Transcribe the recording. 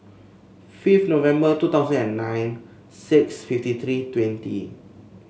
fifth November two thousand and nine six fifty three twenty